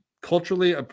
culturally